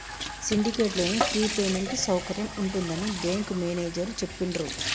syndicate లోను free payment సౌకర్యం ఉంటుందని బ్యాంకు మేనేజేరు చెప్పిండ్రు